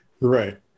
Right